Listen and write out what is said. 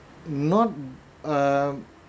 not a